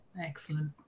Excellent